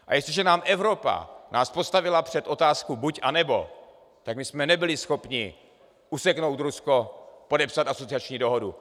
A jestliže nás Evropa postavila před otázku buď, anebo, tak jsme nebyli schopni useknout Rusko, podepsat asociační dohodu.